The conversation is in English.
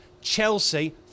Chelsea